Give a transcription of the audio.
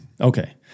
Okay